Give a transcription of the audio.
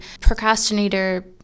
procrastinator